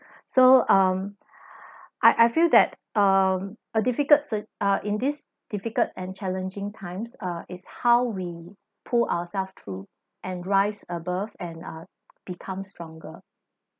so um I I feel that um a difficult si~ ah in this difficult and challenging times uh is how we pull ourselves through and rise above and ah becomes stronger